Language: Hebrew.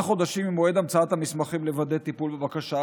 חודשים ממועד המצאת המסמכים לוודא טיפול בבקשה?